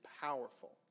powerful